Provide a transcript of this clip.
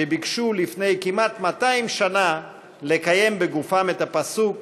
שביקשו לפני כמעט 200 שנה לקיים בגופם את הפסוק: